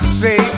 say